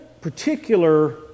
particular